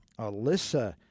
Alyssa